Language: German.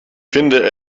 finde